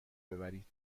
ببرید